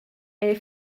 era